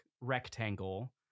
rectangle